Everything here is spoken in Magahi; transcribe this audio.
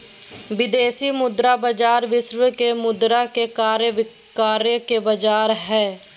विदेशी मुद्रा बाजार विश्व के मुद्रा के क्रय विक्रय के बाजार हय